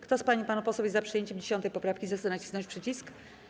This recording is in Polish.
Kto z pań i panów posłów jest za przyjęciem 10. poprawki, zechce nacisnąć przycisk.